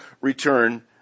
return